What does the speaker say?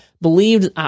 believed –